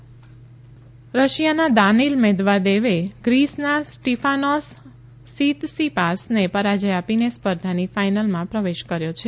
Australian Open રશિયાના Daniil મેદવાદેવે ગ્રીસના સ્ટીફાનોસ સીતસીપાસને પરાજય આપીને સ્પર્ધાની ફાઇનલમાં પ્રવેશ કર્યો છે